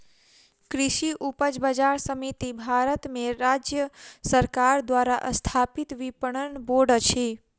कृषि उपज बजार समिति भारत में राज्य सरकार द्वारा स्थापित विपणन बोर्ड अछि